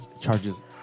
Charges